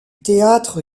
théâtre